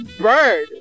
bird